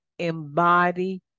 embody